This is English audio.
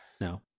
No